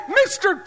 mr